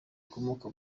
akomoka